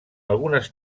algunes